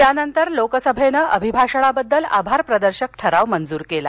त्यानंतर लोकसभेनं अभिभाषणाबद्दल आभारप्रदर्शक ठराव मंजूर केला